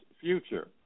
future